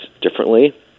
differently